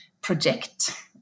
project